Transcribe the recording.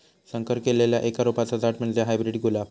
संकर केल्लल्या एका रोपाचा झाड म्हणजे हायब्रीड गुलाब